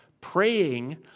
praying